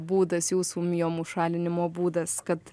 būdas jūsų miomų šalinimo būdas kad